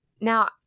Now